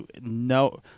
No